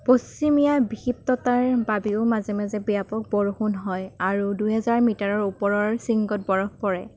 পশ্চিমীয়া বিক্ষিপ্ততাৰ বাবেও মাজে মাজে ব্যাপক বৰষুণ হয় আৰু দুহেজাৰ মিটাৰৰ ওপৰৰ শৃংগত বৰফ পৰে